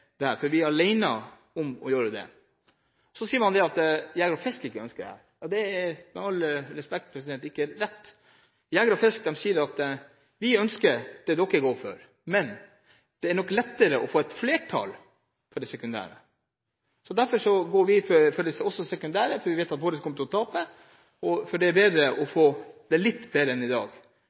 all respekt – ikke rett. Norges Jeger- og Fiskerforbund sier at de ønsker det vi går inn for, men det er nok lettere å få flertall for det sekundære forslaget. Derfor går vi for det sekundære. Vi vet at vårt primære forslag kommer til å bli nedstemt – og det er bedre å få det litt bedre enn sånn det er i dag.